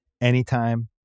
Anytime